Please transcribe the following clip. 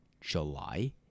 July